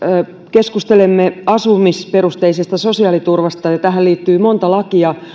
keskustelemme asumisperusteisesta sosiaaliturvasta ja tähän liittyy monta lakia